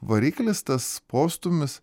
variklis tas postūmis